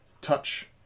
touch